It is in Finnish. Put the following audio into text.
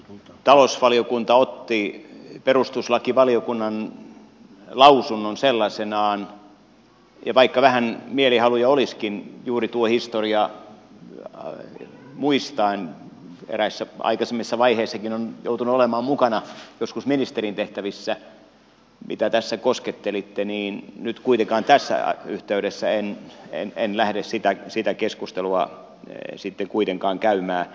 talousvaliokunta otti perustuslakivaliokunnan lausunnon sellaisenaan ja vaikka vähän mielihaluja olisikin juuri tuon historian muistaen eräissä aikaisemmissakin vaiheissa mitä tässä koskettelitte on joutunut olemaan mukana joskus ministerin tehtävissä niin nyt kuitenkaan tässä yhteydessä en lähde sitä keskustelua sitten kuitenkaan käymään